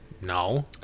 No